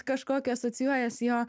kažkokiu asocijuojasi jo